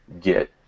get